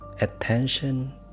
attention